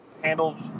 handled